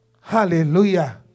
Hallelujah